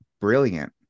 brilliant